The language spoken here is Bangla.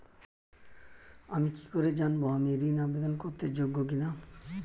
আমি কি করে জানব আমি ঋন আবেদন করতে যোগ্য কি না?